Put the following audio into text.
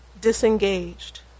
disengaged